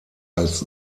als